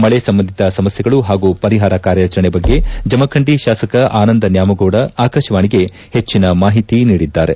ಮಳೆ ಸಂಬಂಧಿತ ಸಮಸ್ಥೆಗಳು ಹಾಗೂ ಪರಿಹಾರ ಕಾರ್ಯಾಚರಣೆ ಬಗ್ಗೆ ಜಮಖಂಡಿ ಶಾಸಕ ಆನಂದ ನ್ಯಾಮಗೌಡ ಆಕಾಶವಾಣಿಗೆ ಹೆಚ್ಚನ ಮಾಹಿತಿ ನೀಡಿದ್ದಾರೆ